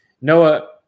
Noah